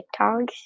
TikToks